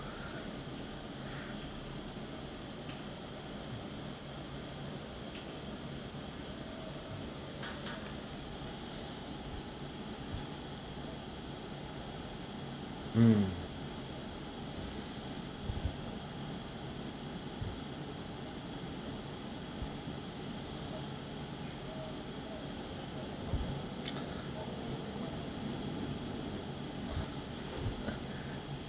mm